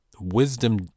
Wisdom